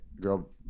girl